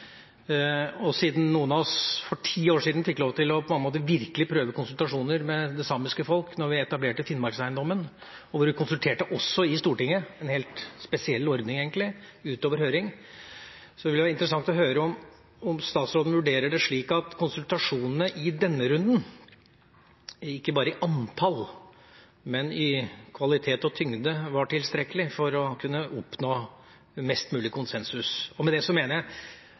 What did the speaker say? konsultasjonsrunder. Siden noen av oss for ti år siden fikk lov til virkelig å prøve konsultasjoner med det samiske folk da vi etablerte Finnmarkseiendommen – vi konsulterte også i Stortinget, en helt spesiell ordning egentlig, utover høring – ville det være interessant å høre om statsråden vurderer det slik at konsultasjonene i denne runden ikke bare i antall, men i kvalitet og tyngde var tilstrekkelig for å kunne oppnå mest mulig konsensus. Med det mener jeg